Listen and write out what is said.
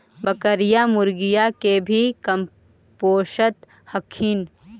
बकरीया, मुर्गीया के भी कमपोसत हखिन?